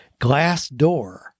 Glassdoor